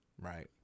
right